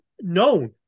known